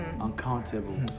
Uncountable